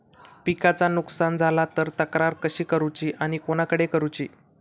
पिकाचा नुकसान झाला तर तक्रार कशी करूची आणि कोणाकडे करुची?